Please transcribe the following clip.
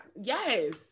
yes